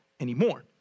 anymore